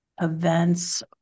events